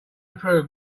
approve